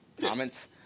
comments